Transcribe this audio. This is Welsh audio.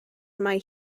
mae